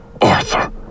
Arthur